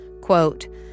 Quote